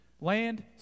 land